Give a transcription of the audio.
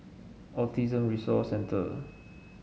Autism Resource Centre